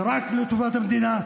זה רק לטובת המדינה,